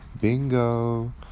Bingo